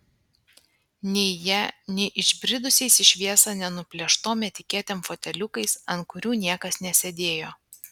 nei ja nei išbridusiais į šviesą nenuplėštom etiketėm foteliukais ant kurių niekas nesėdėjo